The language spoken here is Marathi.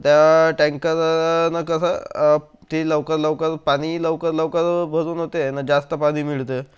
त्या टँकरनं कसं ते लवकर लवकर पाणी लवकर लवकर भरून होते आणि जास्त पाणी मिळते